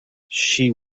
she